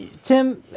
Tim